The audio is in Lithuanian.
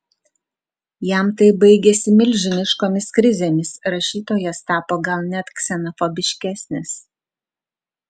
jam tai baigėsi milžiniškomis krizėmis rašytojas tapo gal net ksenofobiškesnis